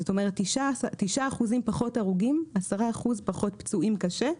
זאת אומרת, 9% פחות הרוגים, 10% פחות פצועים קשה,